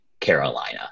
Carolina